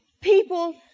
people